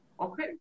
Okay